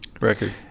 record